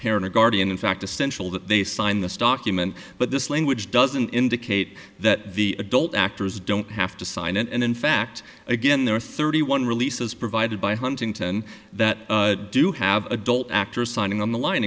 parent or guardian in fact essential that they sign this document but this language doesn't indicate that the adult actors don't have to sign and in fact again there are thirty one releases provided by huntington that do have adult actors signing on the line